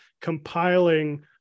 compiling